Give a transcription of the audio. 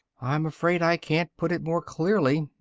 i'm afraid i can't put it more clearly,